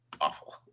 awful